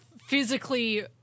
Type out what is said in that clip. physically